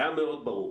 היה מאוד ברור.